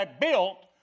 built